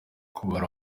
kubara